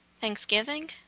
Thanksgiving